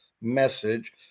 message